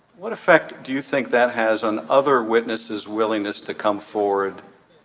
what effect do you think that has on other witnesses willingness to come forward.